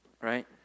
right